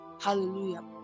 hallelujah